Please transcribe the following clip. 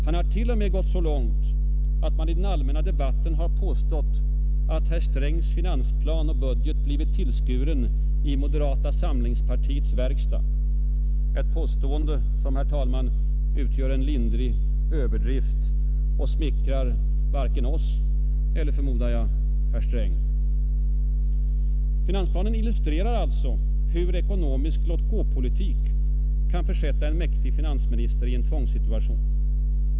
Han har t.o.m. gått så långt, att man i den allmänna debatten har påstått att herr Strängs finansplan och budget tillskurits i moderata samlingspartiets verkstad — ett påstående som, herr talman, utgör en lindrig överdrift och smickrar varken oss eller, förmodar jag, herr Sträng. Finansplanen illustrerar alltså hur ekonomisk låt-gå-politik kan försätta en mäktig finansminister i en tvångssituation.